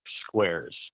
squares